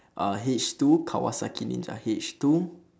uh H two kawasaki ninja H two